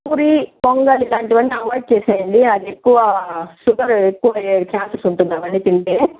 పూరి పొంగల్ ఇలాంటి వన్నీ అవాయిడ్ చేసేయండి అది ఎక్కువా షుగర్ ఎక్కువ అయ్యే ఛాన్సెస్ ఉంటుంది అవన్నీ తింటే